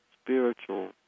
spiritual